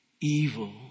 evil